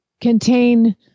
contain